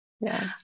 Yes